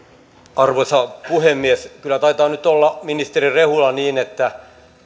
arvoisa puhemies kyllä taitaa nyt olla ministeri rehula niin että